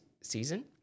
season